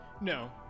No